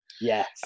Yes